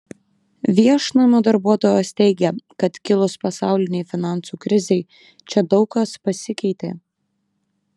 viešnamio darbuotojos teigia kad kilus pasaulinei finansų krizei čia daug kas pasikeitė